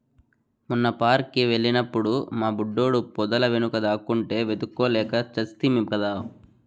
మొన్న పార్క్ కి వెళ్ళినప్పుడు మా బుడ్డోడు పొదల వెనుక దాక్కుంటే వెతుక్కోలేక చస్తిమి కదా